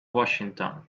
washington